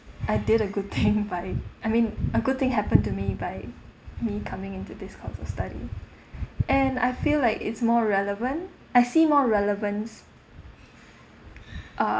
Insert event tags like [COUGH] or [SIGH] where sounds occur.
I did a good thing [LAUGHS] by I mean a good thing happened to me by me coming into this course of study and I feel like it's more relevant I see more relevance uh